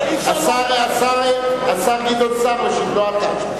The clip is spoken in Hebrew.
השר גדעון סער משיב, לא אתה.